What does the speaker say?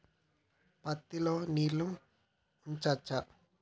పత్తి లో నీళ్లు ఉంచచ్చా?